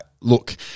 look